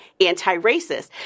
anti-racist